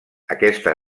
aquesta